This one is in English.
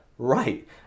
Right